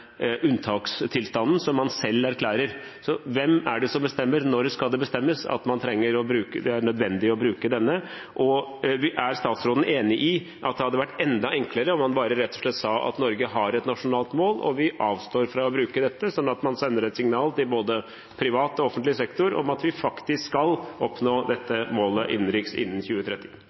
unntakstilstanden, som man selv erklærer. Hvem er det som bestemmer, og når skal det bestemmes at det er nødvendig å bruke denne? Er statsråden enig i at det hadde vært enda enklere om man bare rett og slett sa at Norge har et nasjonalt mål, og at vi avstår fra å bruke unntaket – sånn at man sender et signal til både privat og offentlig sektor om at vi faktisk skal oppnå dette målet innenriks innen 2030?